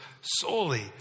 solely